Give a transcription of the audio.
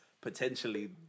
potentially